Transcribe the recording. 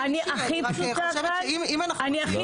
אני רק חושבת שאם רוצים --- אני הכי